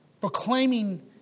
Proclaiming